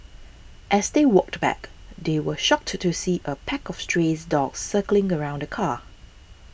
as they walked back they were shocked to see a pack of stray dogs circling around the car